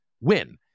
win